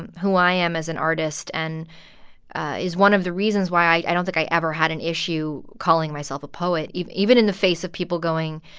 and who i am as an artist and is one of the reasons why i don't think i ever had an issue calling myself a poet even in the face of people going,